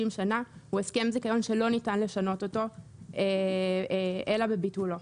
שנים הוא הסכם זיכיון שלא ניתן לשנות אותו אלא בביטולו.